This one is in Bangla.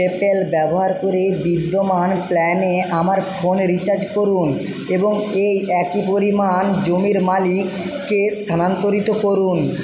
পেপ্যাল ব্যবহার করে বিদ্যমান প্ল্যানে আমার ফোন রিচার্জ করুন এবং এই একই পরিমাণ জমির মালিককে স্থানান্তরিত করুন